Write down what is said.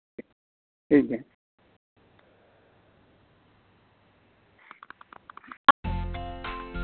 ᱴᱷᱤᱠ ᱜᱮᱭᱟ